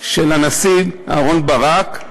של הנשיא אהרן ברק,